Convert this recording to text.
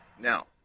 Now